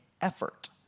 effort